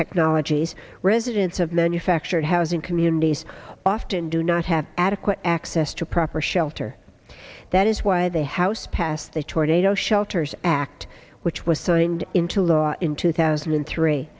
technologies residents of manufactured housing communities often do not have adequate access to proper shelter that is why the house passed a tornado shelters act which was signed into law in two thousand and three